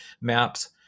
maps